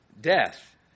death